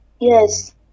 Yes